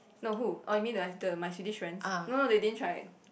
no who oh you mean my the my Swedish friends no they didn't try it